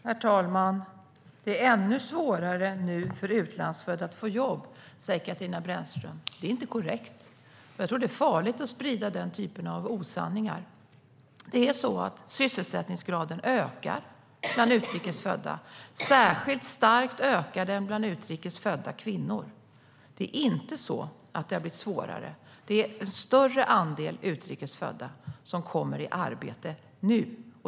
Herr talman! Det är ännu svårare nu för utlandsfödda att få jobb, säger Katarina Brännström. Det är inte korrekt. Jag tror att det är farligt att sprida den typen av osanningar. Sysselsättningsgraden ökar bland utrikes födda. Särskilt starkt ökar den bland utrikes födda kvinnor. Det har inte blivit svårare. Det är en större andel utrikes födda som kommer i arbete nu.